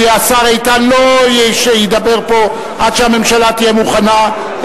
כי השר איתן לא ידבר פה עד שהממשלה תהיה מוכנה,